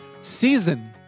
season